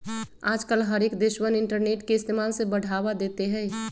आजकल हर एक देशवन इन्टरनेट के इस्तेमाल से बढ़ावा देते हई